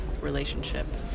relationship